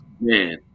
man